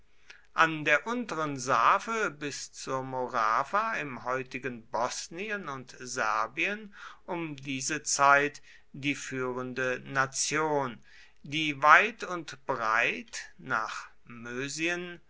an der unteren save bis zur morawa im heutigen bosnien und serbien um diese zeit die führende nation die weit und breit nach mösien